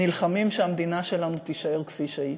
נלחמים שהמדינה שלנו תישאר כפי שהיא.